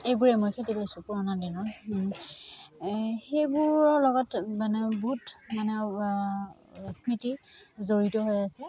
এইবোৰে মই খেলি পাইছোঁ পুৰণা দিনৰ সেইবোৰৰ লগত মানে বহুত মানে স্মৃতি জড়িত হৈ আছে